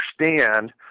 understand